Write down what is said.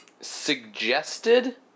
suggested